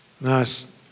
nice